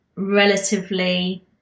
relatively